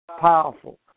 Powerful